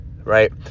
right